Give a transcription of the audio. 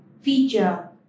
feature